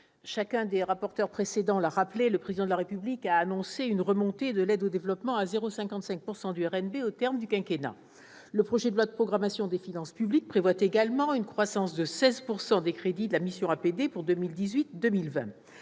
le ministre, mes chers collègues, le Président de la République a annoncé une remontée de l'aide au développement à 0,55 % du RNB au terme du quinquennat. Le projet de loi de programmation des finances publiques prévoit également une croissance de 16 % des crédits de la mission « Aide publique